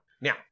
now